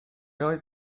oedd